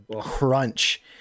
crunch